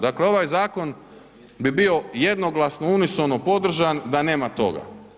Dakle ovaj zakon bi bio jednoglasno unisono podržan da nema toga.